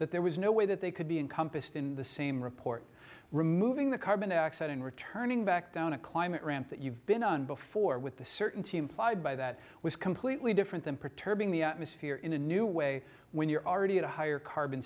that there was no way that they could be encompassed in the same report removing the carbon dioxide and returning back down a climate ramp that you've been on before with the certainty implied by that was completely different than perturbing the atmosphere in a new way when you're already at a higher carbon